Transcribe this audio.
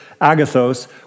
agathos